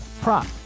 prop